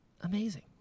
amazing